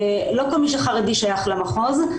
לא כל מי שחרדי שייך למחוז,